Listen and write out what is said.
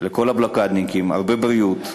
לכל הבלוקדניקים, הרבה בריאות,